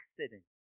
accident